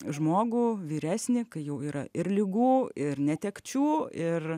žmogų vyresnį kai jau yra ir ligų ir netekčių ir